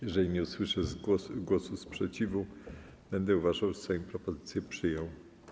Jeżeli nie usłyszę sprzeciwu, będę uważał, że Sejm propozycję przyjął.